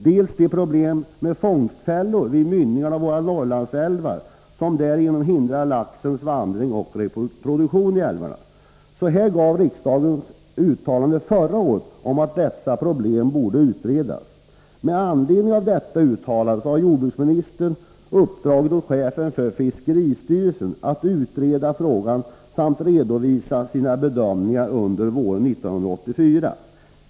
När det gäller problemen med fångstfällor vid mynningarna av våra Norrlandsälvar som hindrar laxens vandring och reproduktion i älvarna gjorde riksdagen ett uttalande förra året om att dessa problem borde utredas. Med anledning av detta uttalande har jordbruksministern uppdragit åt chefen för fiskeristyrelsen att utreda frågan samt redovisa sina bedömningar under våren 1984.